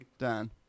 Dan